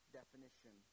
definition